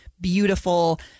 beautiful